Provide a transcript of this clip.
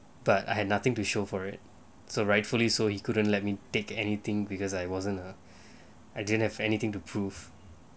but I had nothing to show for it so rightfully so he couldn't let me take anything because I wasn't a I didn't have anything to prove